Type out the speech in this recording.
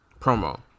promo